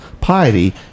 piety